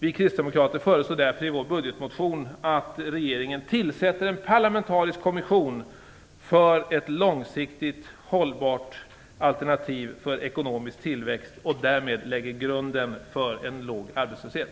Vi kristdemokrater föreslår därför i vår budgetmotion att regeringen tillsätter en parlamentarisk kommission för ett långsiktigt hållbart ekonomiskt alternativ för tillväxt och därmed lägger grunden för en låg arbetslöshet.